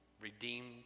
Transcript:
redeemed